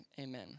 amen